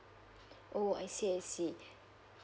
oh I see I see